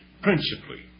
principally